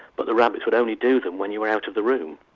but the rabbits would only do them when you were out of the room.